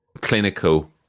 clinical